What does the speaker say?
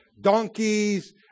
donkeys